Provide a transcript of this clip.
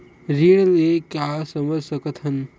ऋण ले का समझ सकत हन?